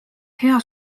hea